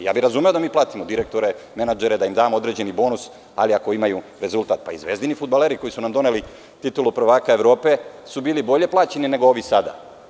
Razumeo bih da mi platimo direktore, menadžere, da im damo određeni bonus, ali ako imaju rezultat, pa i „Zvezdini“ fudbaleri, koji su nam doneli titulu prvaka Evrope, su bili bolje plaćeni, nego ovi sada.